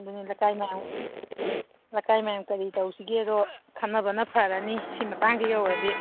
ꯑꯗꯨꯅꯤ ꯂꯀꯥꯏ ꯃꯌꯥꯝ ꯂꯀꯥꯏ ꯃꯌꯥꯝ ꯀꯔꯤ ꯇꯧꯁꯤꯒꯦꯗꯣ ꯈꯟꯅꯕꯅ ꯐꯔꯅꯤ ꯁꯤ ꯃꯇꯥꯡꯁꯦ ꯌꯧꯔꯗꯤ